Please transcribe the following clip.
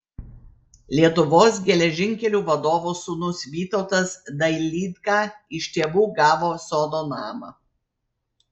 lietuvos geležinkelių vadovo sūnus vytautas dailydka iš tėvų gavo sodo namą